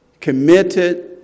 committed